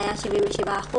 77%,